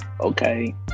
Okay